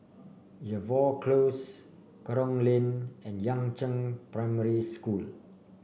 Jervois Close Kerong Lane and Yangzheng Primary School